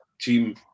team